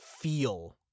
feel